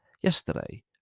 yesterday